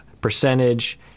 Percentage